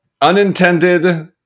unintended